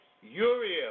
Uriel